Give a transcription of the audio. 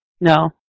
no